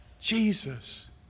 Jesus